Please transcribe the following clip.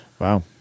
Wow